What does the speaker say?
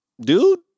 dude